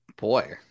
Boy